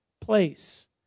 place